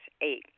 Eight